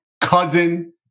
cousin